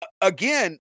again